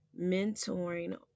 mentoring